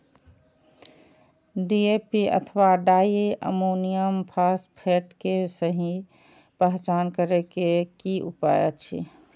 DAP अथवा di ammonium phosphate के सहि पहचान करे के कि उपाय अछि?